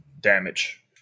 damage